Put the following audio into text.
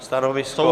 Stanovisko?